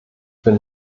bin